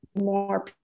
more